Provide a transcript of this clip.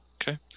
Okay